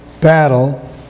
battle